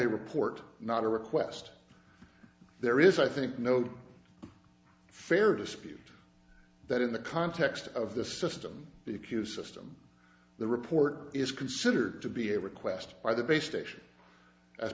a report not a request there is i think no fair dispute that in the context of the system because system the report is considered to be a request by the base station as